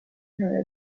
nor